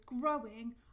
growing